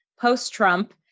post-Trump